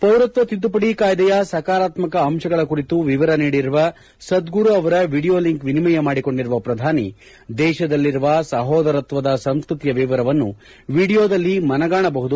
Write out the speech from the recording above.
ಪೌರತ್ವ ತಿದ್ದುಪಡಿ ಕಾಯ್ದೆಯ ಸಕಾರಾತ್ಮಕ ಅಂಶಗಳ ಕುರಿತು ವಿವರ ನೀಡಿರುವ ಸದ್ಗುರು ಅವರ ವೀಡಿಯೊ ಲಿಂಕ್ ವಿನಿಮಯ ಮಾಡಿಕೊಂಡಿರುವ ಪ್ರಧಾನಿ ದೇಶದಲ್ಲಿರುವ ಸಹೋದರತ್ವದ ಸಂಸ್ಕೃತಿಯ ವಿವರವನ್ನು ವೀಡಿಯೊದಲ್ಲಿ ಮನಗಾಣಬಹುದು